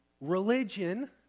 religion